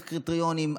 צריך קריטריונים.